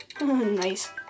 Nice